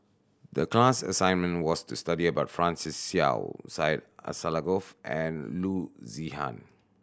the class assignment was to study about Francis Seow Syed Alsagoff and Loo Zihan